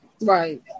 right